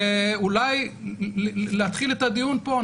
ואולי להתחיל את הדיון פה.